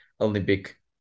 Olympic